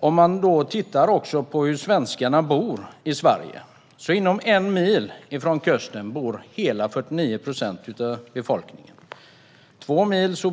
Om man tittar på hur svenskarna bor i Sverige ser man att hela 49 procent av befolkningen bor inom en mil från kusten.